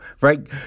right